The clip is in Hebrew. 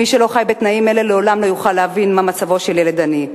מי שלא חי בתנאים אלה לעולם לא יוכל להבין מה מצבו של ילד עני,